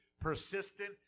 persistent